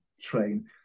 train